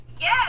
Yes